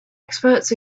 experts